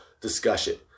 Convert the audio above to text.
discussion